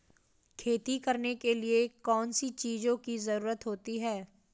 खेती करने के लिए कौनसी चीज़ों की ज़रूरत होती हैं?